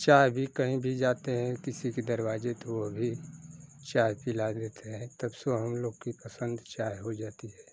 चाय भी कहीं भी जाते हैं किसी के दरवाज़े तो भी चाय पिला देते हैं तब से हम लोग की पसंद चाय हो जाती है